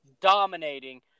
dominating